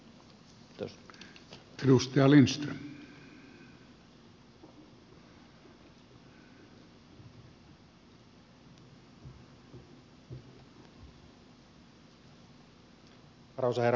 arvoisa herra puhemies